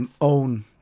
own